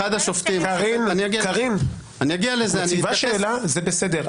אני בתורי צריך לשאול את המומחים,